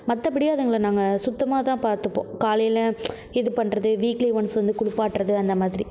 மற்றபடி அதுங்களை நாங்கள் சுத்தமாக தான் பார்த்துப்போம் காலையில இது பண்ணுறது வீக்லி ஒன்ஸ் வந்து குளிப்பாட்டுறது அந்தமாதிரி